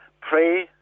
pray